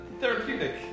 therapeutic